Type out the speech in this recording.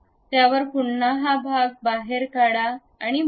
त्यावर पुन्हा हा भाग बाहेर काढा आणि भरा